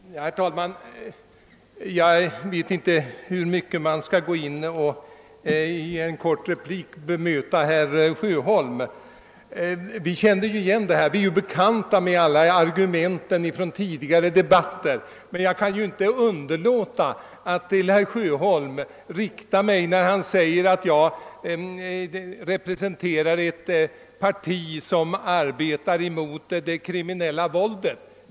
Herr talman! Jag vet inte hur mycket jag skall ta upp i en kort replik till herr Sjöholm. Vi känner ju alla till argumenten från tidigare debatter, men jag kan inte underlåta att bemöta herr Sjöholm med anledning av hans uttalande att jag representerar ett parti som arbetar mot det kriminella våldet.